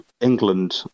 england